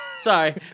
Sorry